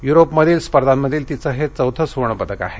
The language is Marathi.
युरोपमधील स्पर्धामधील तिचं हे चौथं सुवर्णपदक आहे